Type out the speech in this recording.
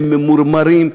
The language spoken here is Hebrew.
והם ממורמרים,